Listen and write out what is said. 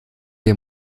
der